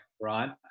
right